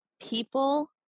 people